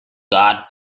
got